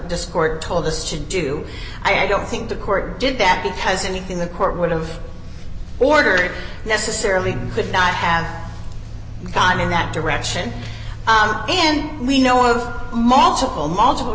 this court told us to do i don't think the court did that because anything the court would have ordered necessarily would not have gone in that direction and we know of multiple multiple